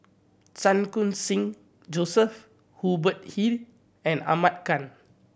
Chan Khun Sing Joseph Hubert Hill and Ahmad Khan